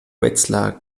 wetzlar